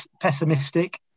pessimistic